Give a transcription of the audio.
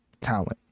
talent